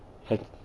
h~